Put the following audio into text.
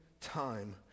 time